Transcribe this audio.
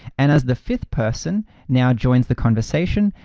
and as the fifth person now joins the conversation,